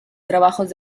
trabajos